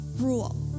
rule